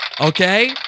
Okay